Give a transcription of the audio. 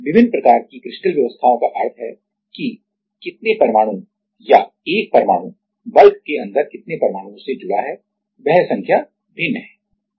विभिन्न प्रकार की क्रिस्टल व्यवस्थाओं का अर्थ है कि कितने परमाणु या 1 परमाणु बल्क bulk के अंदर कितने परमाणुओं से जुड़ा है वह संख्या भिन्न है